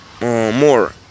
more